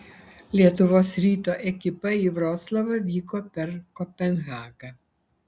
lietuvos ryto ekipa į vroclavą vyko per kopenhagą